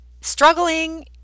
struggling